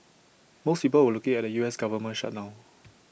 most people were looking at the U S Government shutdown